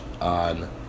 on